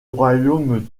royaume